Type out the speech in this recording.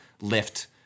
lift